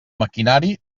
maquinari